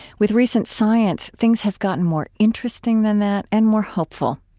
with recent science, things have gotten more interesting than that, and more hopeful.